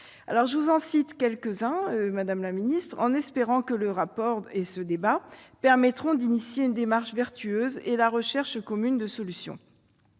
». J'en citerai quelques-unes, madame la ministre, en espérant que le rapport et ce débat permettront d'engager une démarche vertueuse et la recherche commune de solutions.